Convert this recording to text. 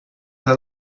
para